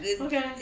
Okay